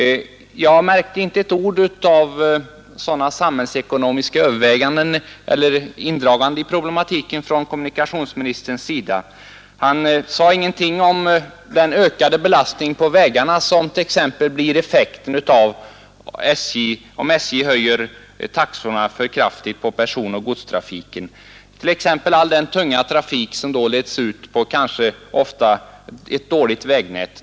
Jag märkte inte ett ord om indragandet av sådana överväganden i problematiken från kommunikationsministerns sida. Han sade ingenting om den ökade belastningen på vägarna som blir effekten om SJ höjer taxorna för kraftigt på personoch godstrafiken, t.ex. all den tunga trafik som då leds ut på ett ofta dåligt vägnät.